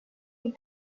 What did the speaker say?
read